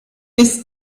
bis